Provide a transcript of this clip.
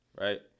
right